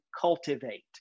cultivate